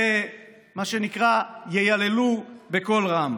ומה שנקרא, ייללו בקול רם.